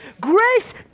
Grace